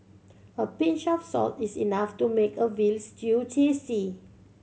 a pinch of salt is enough to make a veal stew tasty